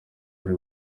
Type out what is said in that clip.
bari